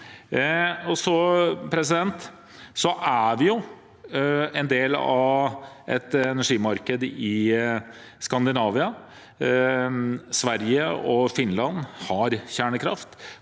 Vi er en del av et energimarked i Skandinavia. Sverige og Finland har kjernekraft,